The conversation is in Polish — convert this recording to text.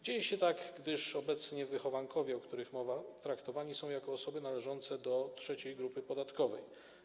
Dzieje się tak, gdyż obecnie wychowankowie, o których mowa, traktowani są jako osoby należące do trzeciej grupy podatkowej.